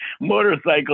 motorcycle